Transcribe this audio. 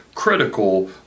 critical